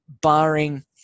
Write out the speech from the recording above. barring